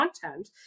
content